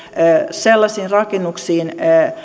sellaisiin rakennuksiin